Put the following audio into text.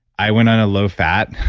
i went on a low fat,